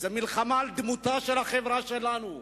זו מלחמה על דמותה של החברה שלנו,